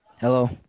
Hello